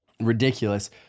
Ridiculous